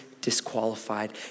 disqualified